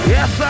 Yes